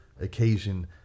occasion